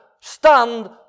stand